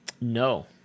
no